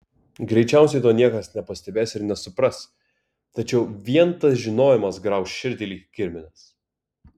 greičiausiai to niekas nepastebės ir nesupras tačiau vien tas žinojimas grauš širdį lyg kirminas